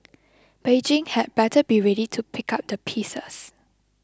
Beijing had better be ready to pick up the pieces